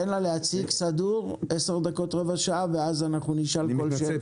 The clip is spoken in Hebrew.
תן לה להציג סדור במשך רבע שעה ואז נשאל כל שאלה.